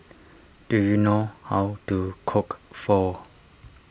do you know how to cook Pho